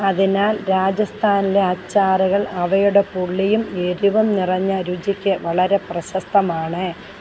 അതിനാൽ രാജസ്ഥാനിലെ അച്ചാറുകൾ അവയുടെ പുളിയും എരിവും നിറഞ്ഞ രുചിയ്ക്ക് വളരെ പ്രശസ്തമാണ്